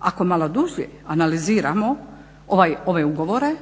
ako malo duže analiziramo ove ugovore